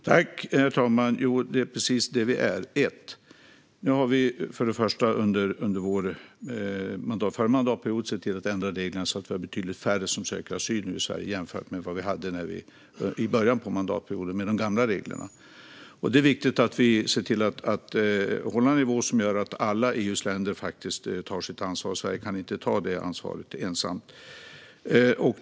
Herr talman! Jo, det är precis det vi är. Först och främst har vi under förra mandatperioden sett till att ändra reglerna så att det var betydligt färre som sökte asyl i Sverige än det var med de gamla reglerna i början av mandatperioden. Det är viktigt att vi ser till att hålla en nivå som gör att alla EU:s länder faktiskt tar sitt ansvar. Sverige kan inte ta det ansvaret ensamt.